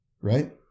Right